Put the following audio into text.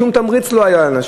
שום תמריץ לא היה לאנשים.